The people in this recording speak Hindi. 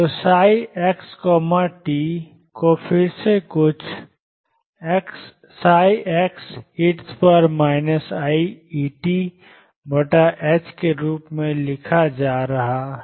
तो ψxt को फिर से कुछ ψ e iEt के रूप में लिखा जा रहा है